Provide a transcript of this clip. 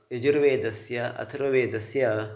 यजुर्वेदस्य अथर्ववेदस्य